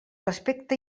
respecte